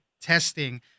testing